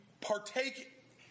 partake